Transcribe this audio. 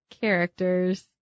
characters